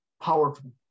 powerful